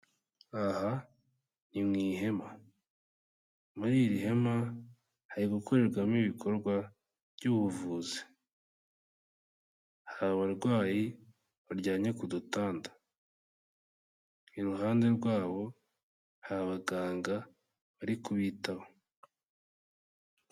Aha mu ihema, muri iri hema hari gukorerwamo ibikorwa by'ubuvuzi, hari abarwayi baryamye ku dutanda, iruhande rwabo hari baganga bari kubitaho.